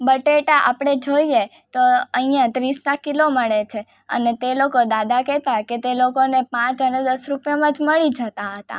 બટેટા આપણે જોઈએ તો અહીંયાં ત્રીસના કિલો મળે છે અને તે લોકો દાદા કહેતા કે તે લોકોને પાંચ અને દસ રૂપિયામાં જ મળી જતા હતા